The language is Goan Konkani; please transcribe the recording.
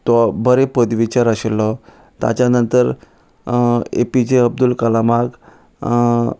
तो बरे पदवेचेर आशिल्लो ताच्या नंतर ए पी जे अब्दूल कलामाक